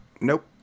Nope